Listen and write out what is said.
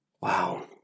Wow